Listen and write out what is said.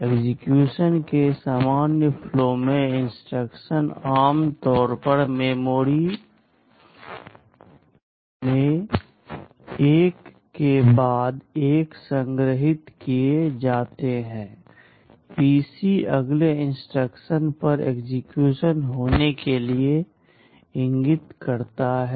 execution के सामान्य flow में इंस्ट्रक्शन आम तौर पर मेमोरी में एक के बाद एक संग्रहीत किए जाते हैं पीसी अगले इंस्ट्रक्शन पर एक्सेक्यूशन होने के लिए इंगित करता है